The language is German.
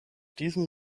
diesem